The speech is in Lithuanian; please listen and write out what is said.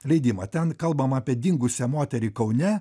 leidimo ten kalbama apie dingusią moterį kaune